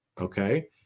okay